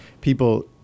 people